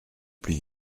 plus